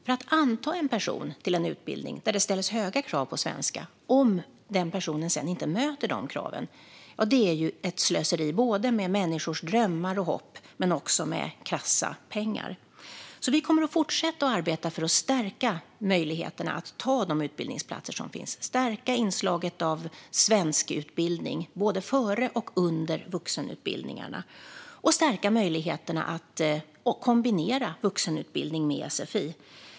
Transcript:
Om man antar en person till en utbildning där det ställs höga krav på svenska och den personen sedan inte möter dessa krav är det ett slöseri med människors drömmar och hopp men också med krassa pengar. Vi kommer alltså att fortsätta arbeta för att stärka möjligheterna så att man ska kunna ta de utbildningsplatser som finns. Vi ska stärka inslaget av svenskutbildning både före och under vuxenutbildningarna. Vi ska också stärka möjligheterna att kombinera vuxenutbildning med sfi.